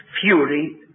fury